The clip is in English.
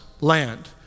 land